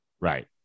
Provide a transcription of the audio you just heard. Right